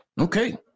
Okay